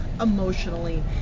emotionally